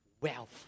wealth